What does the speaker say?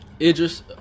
Idris